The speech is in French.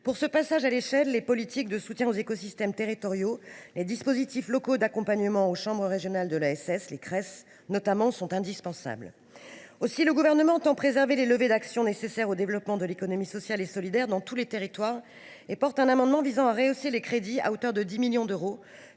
Pour ce changement d’échelle, les politiques de soutien aux écosystèmes territoriaux, les dispositifs locaux d’accompagnement aux chambres régionales de l’ESS (Cress), notamment, sont indispensables. Aussi, afin de préserver les leviers d’action nécessaires au développement de l’économie sociale et solidaire dans tous les territoires, le Gouvernement présentera un amendement visant à rehausser les crédits en faveur de l’ESSR de 10 millions d’euros,